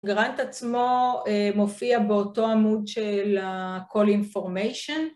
גראנט עצמו אה.. מופיע באותו עמוד של ה.. כל אינפורמיישן